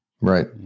Right